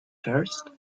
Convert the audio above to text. first